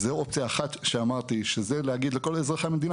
זה אופציה אחת שאמרתי שזה להגיד לכל אזרחי המדינה